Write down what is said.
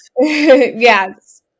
Yes